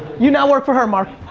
you now work for her, marc.